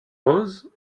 rose